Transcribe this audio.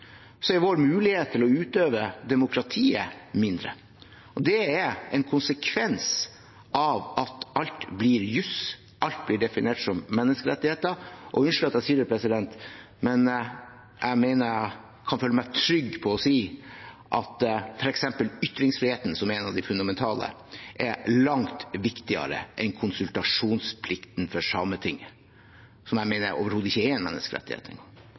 er vår mulighet til å utøve demokratiet mindre. Det er en konsekvens av at alt blir juss, alt blir definert som menneskerettigheter. Unnskyld at jeg sier det, president, men jeg mener jeg kan føle meg trygg på å si at f.eks. ytringsfriheten, som er en av de fundamentale, er langt viktigere enn konsultasjonsplikten for Sametinget, som jeg mener overhodet ikke er en